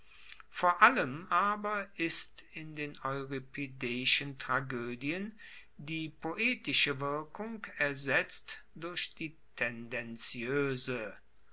vor allem aber ist in den euripideischen tragoedien die poetische wirkung ersetzt durch die tendenzioese